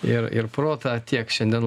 ir ir protą tiek šiandien